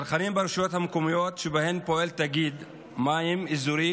צרכנים ברשויות מקומיות שבהן פועל תאגיד מים אזורי